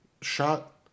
shot